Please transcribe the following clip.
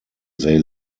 they